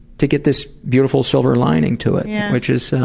to get this beautiful silver lining to it, yeah which ah so